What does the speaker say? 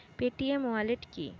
Paytm wallet কি?